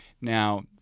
Now